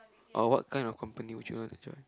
orh what kind of company would you want to join